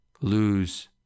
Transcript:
lose